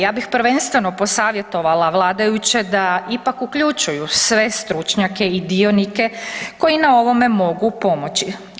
Ja bih prvenstveno posavjetovala vladajuće da ipak uključuju sve stručnjake i dionike koji na ovome mogu pomoći.